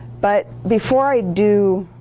but before i do